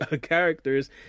characters